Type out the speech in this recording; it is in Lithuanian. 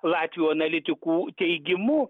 latvių analitikų teigimu